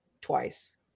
twice